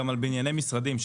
גם על בנייני משרדים,